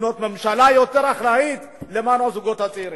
ולבנות ממשלה יותר אחראית, למען הזוגות הצעירים.